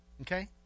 Okay